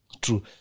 True